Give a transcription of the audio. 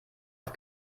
auf